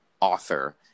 author